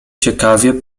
ciekawie